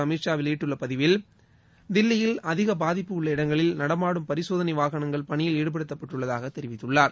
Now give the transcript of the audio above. அமித்ஷா வெளியிட்டுள்ள பதிவில் தில்லியில் அதிக பாதிப்பு உள்ள இடங்களில் நடமாடும் பரிசோதனை வாகனங்கள் பணியில் ஈடுபடுத்தப்பட்டுள்ளதாகத் தெரிவித்துள்ளார்